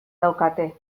daukate